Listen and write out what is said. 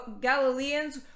Galileans